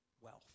wealth